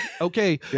Okay